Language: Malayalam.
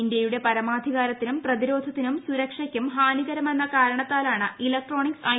ഇന്ത്യയുടെ പരമാധികാരത്തിനും പ്രതിരോധത്തിനും സുരക്ഷയ്ക്കും ഹാനികരമെന്ന കാരണത്താലാണ് ഇലക്ട്രോണിക്സ് ഐ